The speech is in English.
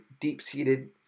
deep-seated